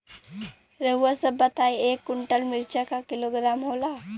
रउआ सभ बताई एक कुन्टल मिर्चा क किलोग्राम होला?